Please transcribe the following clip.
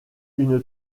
une